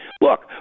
Look